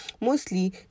mostly